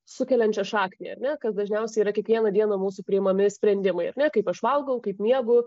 sukeliančią šaknį ar ne kas dažniausiai yra kiekvieną dieną mūsų priimami sprendimai ar ne kaip aš valgau kaip miegu